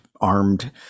armed